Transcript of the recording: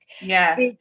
Yes